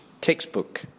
textbook